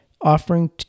offering